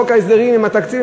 חוק ההסדרים עם התקציב,